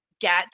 get